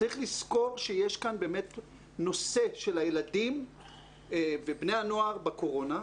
צריך לזכור שיש כאן באמת נושא של הילדים ובני הנוער בקורונה.